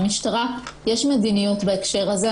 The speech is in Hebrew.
למשטרה יש מדיניות בהקשר הזה.